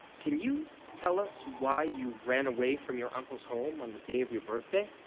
can you tell us why you ran away from your uncle's home on the day of your birthday?